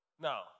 Now